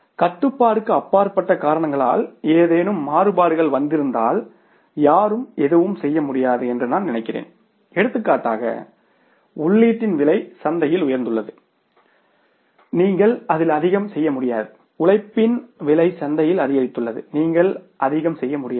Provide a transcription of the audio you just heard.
கட்டுப்பாட்டுக்கு அப்பாற்பட்ட காரணங்களால் ஏதேனும் மாறுபாடுகள் வந்திருந்தால் யாரும் எதுவும் செய்ய முடியாது என்று நான் நினைக்கிறேன் எடுத்துக்காட்டாக உள்ளீட்டின் விலை சந்தையில் உயர்ந்துள்ளது நீங்கள் அதில் அதிகம் செய்ய முடியாது உழைப்பின் விலை சந்தையில் அதிகரித்துள்ளது நீங்கள் அதிகம் செய்ய முடியாது